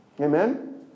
Amen